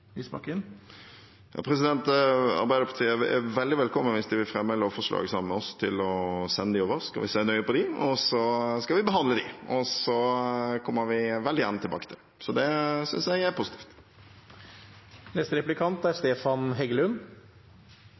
Arbeiderpartiet er veldig velkommen – hvis de vil fremme et lovforslag sammen med oss – til å sende dem over, og så skal vi se nøye på dem. Vi skal behandle dem, og så kommer vi veldig gjerne tilbake til det. Det synes jeg er positivt.